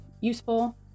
useful